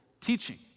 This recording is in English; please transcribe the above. teaching